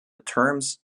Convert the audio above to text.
terms